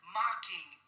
mocking